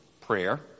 prayer